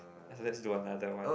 let's do another one